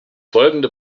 folgende